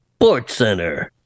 SportsCenter